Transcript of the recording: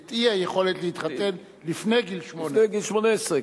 את אי-היכולת להתחתן לפני גיל 18,